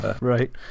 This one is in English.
right